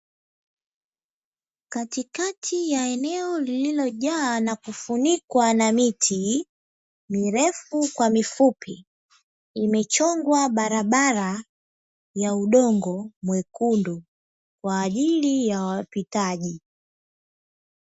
Katikati ya eneo lililojaa na kufunikwa na miti, mirefu kwa mifupi, imechongwa barabara ya udongo mwekundu kwa ajili ya wapitaji.